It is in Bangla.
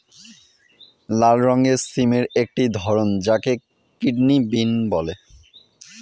লাল রঙের সিমের একটি ধরন যাকে কিডনি বিন বলে